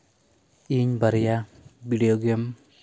ᱤᱧ ᱵᱟᱨᱭᱟ ᱵᱷᱤᱰᱤᱭᱳ ᱜᱮᱢ